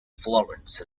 florence